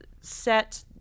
set